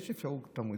יש אפשרות לתת תמריצים,